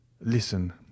listen